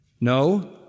No